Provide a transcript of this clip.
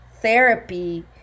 therapy